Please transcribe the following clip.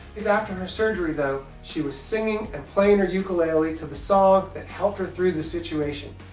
days after her surgery, though, she was singing and playing her ukelele to the song that helped her through the situation.